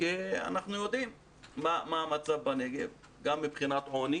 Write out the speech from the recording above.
כי אנחנו יודעים מה המצב בנגב גם מבחינת עוני